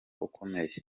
ukomeye